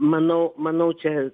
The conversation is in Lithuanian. manau manau čia